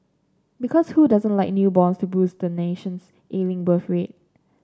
because who doesn't like newborns to boost the nation's ailing birth rate